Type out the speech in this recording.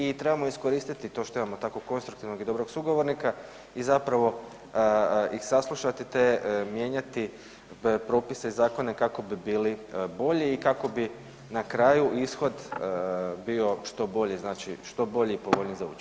I trebamo iskoristiti to što imamo tako konstruktivnog i dobrog sugovornika i zapravo ih saslušati, te mijenjati propise i zakone kako bi bili bolji i kako bi na kraju ishod bio što bolji, znači što bolji i povoljniji za učenika.